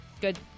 good